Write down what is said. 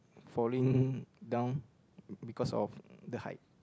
falling down because of the height